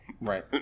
Right